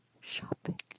shopping